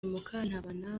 mukantabana